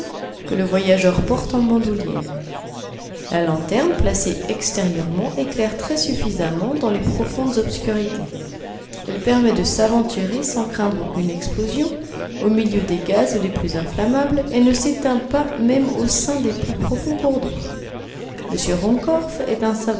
que le voyageur porte en bandoulière la lanterne placée extérieurement éclaire très suffisamment dans les profondes obscurités elle permet de s'aventurer sans craindre aucune explosion au milieu des gaz les plus inflammables et ne s'éteint pas même au sein des plus profonds cours d'eau m ruhmkorff est un